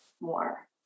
more